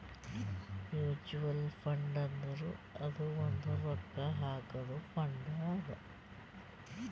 mutual fund ಅಂದುರ್ ಅದು ಒಂದ್ ರೊಕ್ಕಾ ಹಾಕಾದು ಫಂಡ್ ಅದಾ